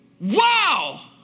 Wow